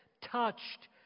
touched